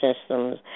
systems